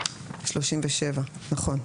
2037. נכון.